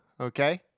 Okay